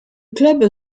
club